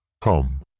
Come